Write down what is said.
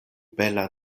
bela